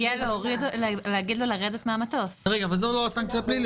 זאת לא סנקציה פלילית.